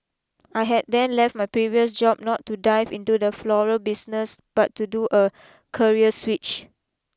I had then left my previous job not to dive into the floral business but to do a career switch